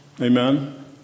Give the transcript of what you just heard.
Amen